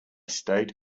state